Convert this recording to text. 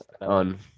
on